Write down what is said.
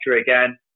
again